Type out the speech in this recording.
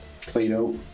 Plato